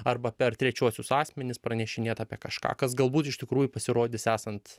arba per trečiuosius asmenis pranešinėt apie kažką kas galbūt iš tikrųjų pasirodys esant